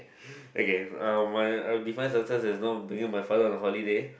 okay um I'll I'll define success as you know bring my father on a holiday